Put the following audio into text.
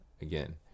again